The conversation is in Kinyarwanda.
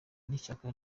n’ishyaka